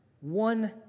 One